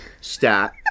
stat